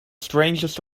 strangest